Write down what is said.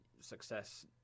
success